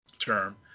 term